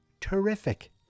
terrific